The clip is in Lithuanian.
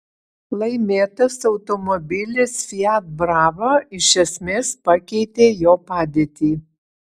laimėtas automobilis fiat brava iš esmės pakeitė jo padėtį